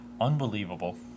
unbelievable